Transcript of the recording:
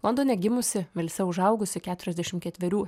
londone gimusi velse užaugusi keturiasdešim ketverių